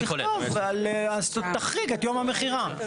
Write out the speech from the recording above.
אז תחריג את יום המכירה.